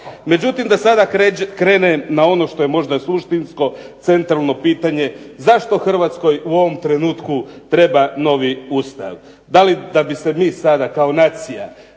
Međutim, da sada krenem na ono što je možda suštinsko, centralno pitanje, zašto Hrvatskoj u ovom trenutku treba novi Ustav? Da li da bi se mi sada kao nacija